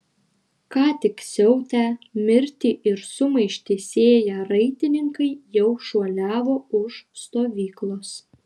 ką tik siautę mirtį ir sumaištį sėję raitininkai jau šuoliavo už stovyklos